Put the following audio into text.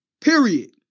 Period